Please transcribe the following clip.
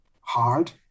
hard